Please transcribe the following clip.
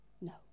No